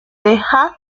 texas